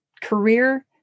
career